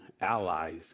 allies